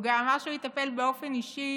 הוא גם אמר שהוא יטפל באופן אישי,